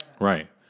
Right